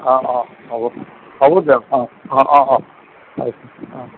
অঁ অঁ হ'ব হ'ব দিয়ক অঁ অঁ